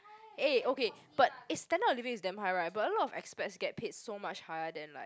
eh okay but eh standard of living is damn high right but a lot of expats get paid so much higher then like